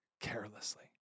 Carelessly